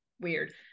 weird